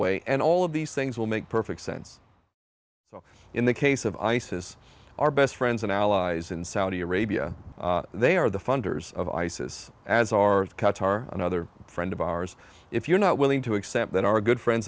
way and all of these things will make perfect sense well in the case of isis our best friends and allies in saudi arabia they are the funders of isis as are qatar another friend of ours if you're not willing to accept that our good friends